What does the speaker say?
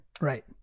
right